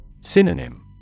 Synonym